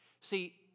See